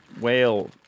whale